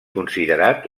considerat